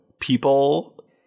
people